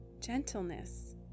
gentleness